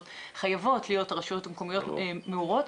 חייבות להיות הרשויות המקומיות מעורות.